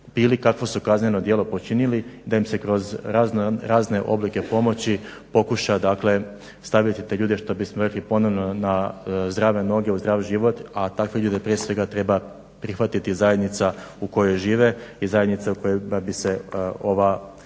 kakvo su kazneno djelo počinili, da im se kroz razne oblike pomoći pokuša dakle stavljati te ljude što bismo rekli ponovno na zdrave noge u zdrav život, a takve ljude prije svega treba prihvatiti zajednica u kojoj žive i zajednica u kojima bi se ova